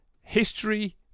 history